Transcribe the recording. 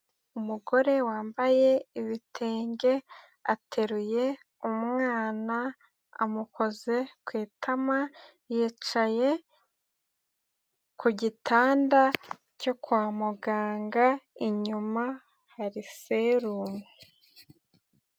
Umugore wambaye ibitenge, ateruye umwana amukoze ku itama, yicaye ku gitanda cyo kwa muganga, inyuma hari serumu.